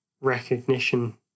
recognition